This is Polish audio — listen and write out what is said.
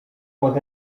pod